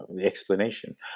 explanation